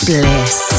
Bliss